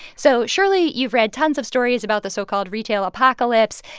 so surely, you've read tons of stories about the so-called retail apocalypse.